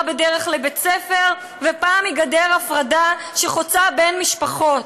בדרך לבית ספר ופעם היא גדר הפרדה שחוצה בין משפחות.